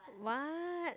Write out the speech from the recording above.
what